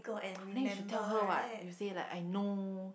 then you should tell her what you say like I know